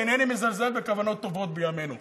ואינני מזלזל בכוונות טובות בימינו.